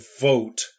Vote